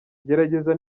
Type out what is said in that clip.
gerageza